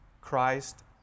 Christ